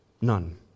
None